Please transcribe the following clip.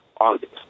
August